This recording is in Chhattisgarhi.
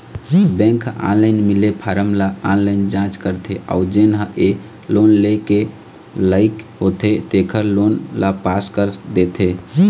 बेंक ह ऑनलाईन मिले फारम ल ऑनलाईन जाँच करथे अउ जेन ह ए लोन लेय के लइक होथे तेखर लोन ल पास कर देथे